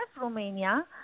Romania